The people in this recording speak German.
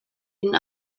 den